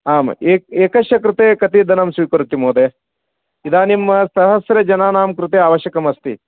आम् ए एकस्य कृते कति धनं स्वीकरोति महोदय इदानीं सहस्रजनानां कृते आवश्यकमस्ति